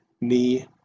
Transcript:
knee